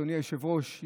אדוני היושב-ראש,